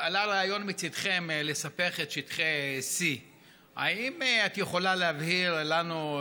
עלה רעיון מצידכם לספח את שטחי C. האם את יכולה להבהיר לנו,